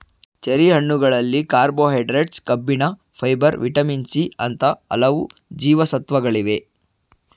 cherry ಹಣ್ಣುಗಳಲ್ಲಿ carbohydrates, ಕಬ್ಬಿಣ, fibre, vitamin C ಅಂತ ಹಲವು ಜೀವಸತ್ವಗಳಿವೆ